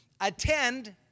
Attend